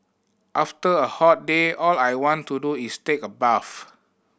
after a hot day all I want to do is take a bath